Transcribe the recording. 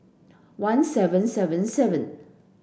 one seven seven seven